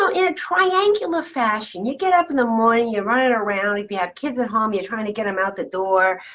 so in a triangular fashion. you get up in the morning. you're running around. if you have kids at home, you're trying to get them out the door.